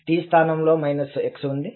t స్థానంలో x ఉంది